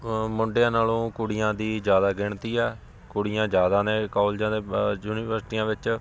ਮੁੰਡਿਆਂ ਨਾਲੋਂ ਕੁੜੀਆਂ ਦੀ ਜ਼ਿਆਦਾ ਗਿਣਤੀ ਆ ਕੁੜੀਆਂ ਜ਼ਿਆਦਾ ਨੇ ਕੋਲਜਾਂ ਦੇ ਯੂਨੀਵਰਸਿਟੀਆਂ ਵਿੱਚ